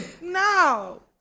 No